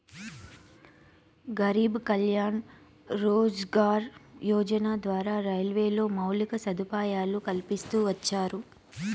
గరీబ్ కళ్యాణ్ రోజ్గార్ యోజన ద్వారా రైల్వేలో మౌలిక సదుపాయాలు కల్పిస్తూ వచ్చారు